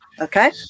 Okay